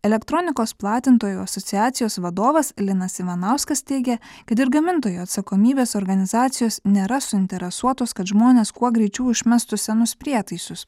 elektronikos platintojų asociacijos vadovas linas ivanauskas teigia kad ir gamintojų atsakomybės organizacijos nėra suinteresuotos kad žmonės kuo greičiau išmestų senus prietaisus